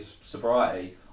sobriety